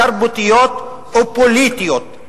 תרבותיות ופוליטיות,